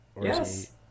yes